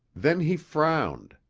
then he frowned.